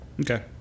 Okay